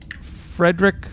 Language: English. Frederick